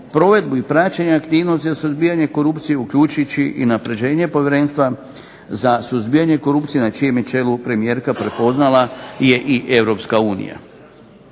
provedbu i praćenje aktivnosti suzbijanje korupcije, uključujući i unapređenje povjerenstva za suzbijanje korupcije na čijem je čelu premijerka, prepoznala i Europska unija.